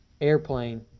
airplane